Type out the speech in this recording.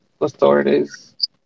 authorities